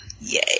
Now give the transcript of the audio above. Yay